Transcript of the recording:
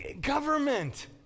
government